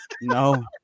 No